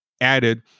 added